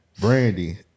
Brandy